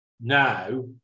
now